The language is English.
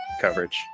coverage